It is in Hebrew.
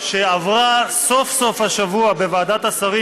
שעברה סוף-סוף השבוע בוועדת השרים,